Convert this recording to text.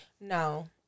No